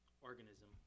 organism